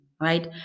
right